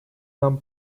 нам